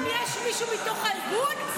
לכולם יש מישהו מתוך הארגון,